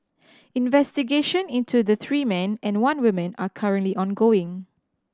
investigation into the three men and one woman are currently ongoing